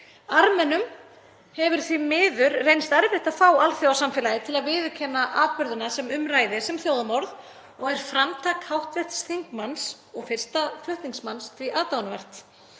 Armenum hefur því miður reynst erfitt að fá alþjóðasamfélagið til að viðurkenna atburðina sem um ræðir sem þjóðarmorð og er framtak hv. þingmanns og fyrsta flutningsmanns því aðdáunarvert.